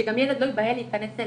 שגם ילד לא ייבהל להיכנס אליהן.